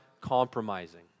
compromising